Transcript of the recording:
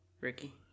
Ricky